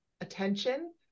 attention